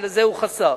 שלזה הוא חסך.